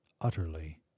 utterly